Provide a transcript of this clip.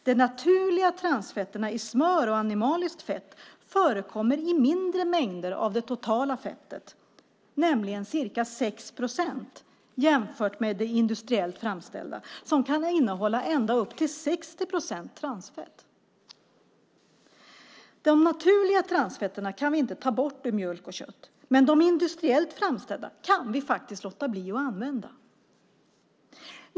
De naturliga transfetterna i smör och animaliskt fett förekommer i mindre mängder av det totala fettet, nämligen ca 6 procent, jämfört med det industriellt framställda som kan innehålla ända upp till 60 procent transfett. De naturliga transfetterna kan vi inte ta bort ur mjölk och kött. Men de industriellt framställda kan vi faktiskt låta bli att använda.